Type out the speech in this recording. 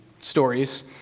stories